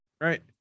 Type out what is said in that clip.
Right